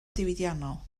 diwydiannol